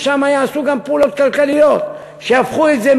ששם יעשו גם פעולות כלכליות שיהפכו את זה